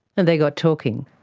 and they got talking.